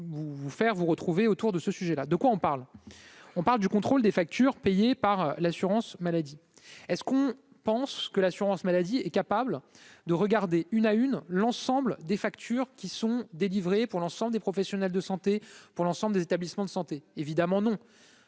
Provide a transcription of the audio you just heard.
vous faire vous retrouver autour de ce sujet là de quoi on parle, on parle du contrôle des factures payées par l'assurance-maladie est ce qu'on pense que l'assurance maladie est capable de regarder une à une, l'ensemble des factures qui sont délivrés pour l'ensemble des professionnels de santé pour l'ensemble des établissements de santé, évidemment non,